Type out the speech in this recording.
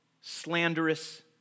slanderous